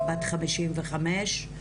בת 55,